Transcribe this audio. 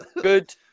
good